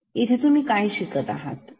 तुम्ही काय शिकत आहात